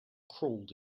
crawled